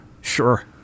sure